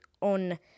on